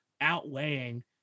Outweighing